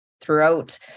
throughout